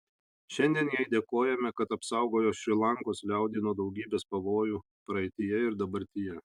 šiandien jai dėkojame kad apsaugojo šri lankos liaudį nuo daugybės pavojų praeityje ir dabartyje